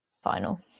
final